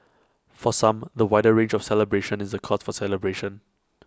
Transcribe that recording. for some the wider range of celebrations is A cause for celebration